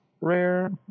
rare